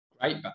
Great